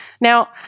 now